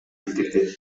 билдирди